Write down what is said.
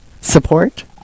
support